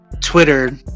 Twitter